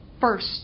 first